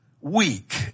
weak